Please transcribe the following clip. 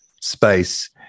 space